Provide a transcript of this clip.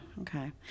okay